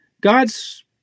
God's